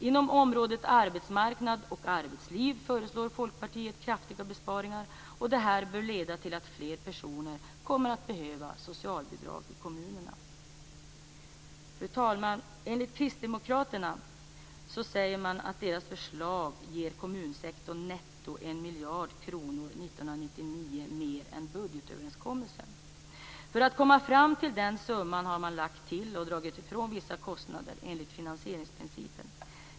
Inom området arbetsmarknad och arbetsliv föreslår Folkpartiet kraftiga besparingar. Det här bör leda till att fler personer kommer att behöva socialbidrag i kommunerna. Fru talman! Enligt Kristdemokraterna ger deras förslag kommunsektorn netto 1 miljard kronor 1999 mer än budgetöverenskommelsen. För att komma fram till den summan har man lagt till och dragit ifrån vissa kostnader enligt finansieringsprincipen.